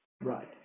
Right